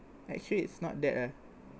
actually it's not that ah